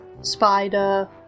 spider